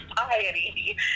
society